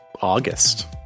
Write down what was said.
August